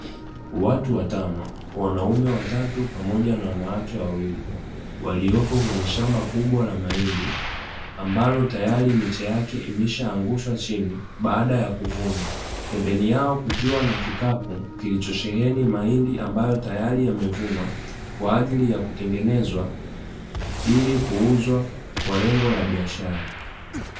Watu watano wanaume watatu pamoja na wanawake wawili waliopo kwenye shamba kubwa la mahindi, ambalo tayari miche yake imesha angushwa chini baada ya kuvunwa. Pembeni yao kukiwa na kikapu kilicho sheheni mahindi ambayo tayari yamevunwa kwa ajili ya kutengenezwa ilikuuzwa kwa lengo la biashara.